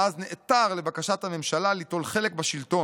ואז נעתר לבקשת הממשלה ליטול חלק בשלטון.